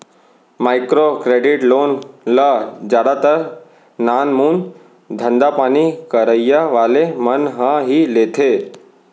micro credit loan ल जादातर नानमून धंधापानी करइया वाले मन ह ही लेथे